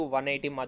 180